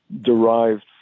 derived